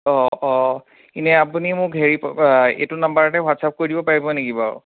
অ' অ' এনে আপুনি মোক হেৰি এটো নম্বৰতে হোৱাটছাপ কৰি দিব পাৰিব নেকি বাৰু